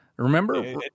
Remember